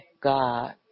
God